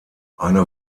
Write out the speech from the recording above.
eine